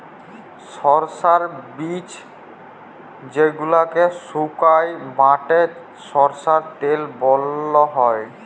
সরষার বীজ যেগলাকে সুকাই বাঁটে সরষার তেল বালাল হ্যয়